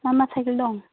मा मा साइकेल दं